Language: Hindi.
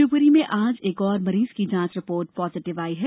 शिवपुरी में आज एक और मरीज की जांच रिपोर्ट पॉजिटिव आई है